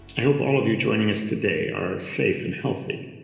i hope all of you joining us today are safe and healthy,